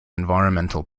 environmental